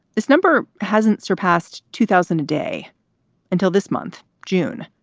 this number hasn't surpassed two thousand a day until this month, june.